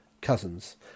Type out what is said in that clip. cousins